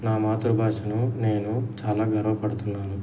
నా మాతృభాషకు నేను చాలా గర్వపడుతున్నాను